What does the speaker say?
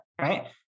Right